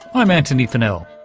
i'm antony funnell.